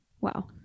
Wow